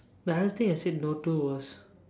the hardest thing I said no to was